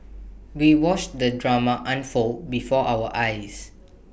we watched the drama unfold before our eyes